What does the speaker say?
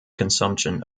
consumption